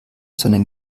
sondern